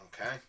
Okay